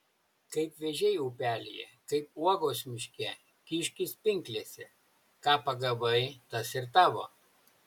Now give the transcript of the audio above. kaip vėžiai upelyje kaip uogos miške kiškis pinklėse ką pagavai tas ir tavo